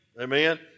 Amen